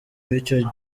b’icyo